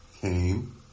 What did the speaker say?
came